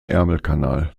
ärmelkanal